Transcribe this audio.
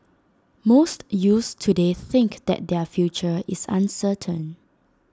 most youths today think that their future is uncertain